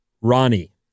Ronnie